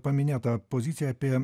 paminėtą poziciją apie